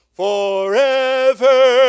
forever